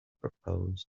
proposed